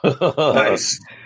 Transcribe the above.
Nice